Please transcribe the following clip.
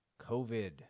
COVID